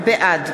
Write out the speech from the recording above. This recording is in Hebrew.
בעד